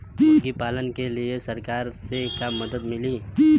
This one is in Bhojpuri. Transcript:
मुर्गी पालन के लीए सरकार से का मदद मिली?